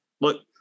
look